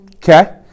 Okay